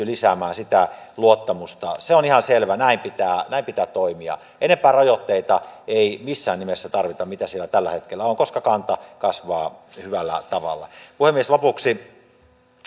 lisäämään sitä luottamusta se on ihan selvä näin pitää näin pitää toimia enempää rajoitteita ei missään nimessä tarvita kuin siellä tällä hetkellä on koska kanta kasvaa hyvällä tavalla puhemies lopuksi